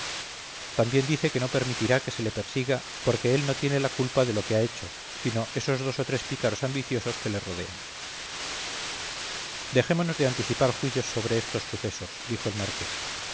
también dice que no permitirá que se le persiga porque él no tiene la culpa de lo que ha hecho sino esos dos o tres pícaros ambiciosos que le rodean dejémonos de anticipar juicios sobre estos sucesos dijo el